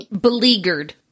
Beleaguered